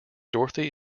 dorothy